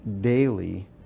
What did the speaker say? daily